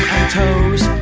toes,